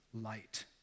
light